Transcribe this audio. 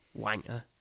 wanker